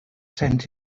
sent